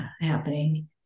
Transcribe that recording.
happening